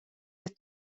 għat